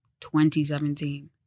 2017